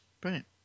Brilliant